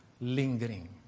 lingering